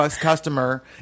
customer